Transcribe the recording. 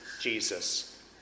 Jesus